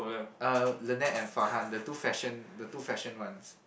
uh Lynette and Farhan the two fashion the two fashion ones